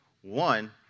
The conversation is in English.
One